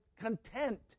content